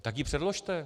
Tak ji předložte.